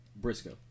Briscoe